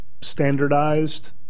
standardized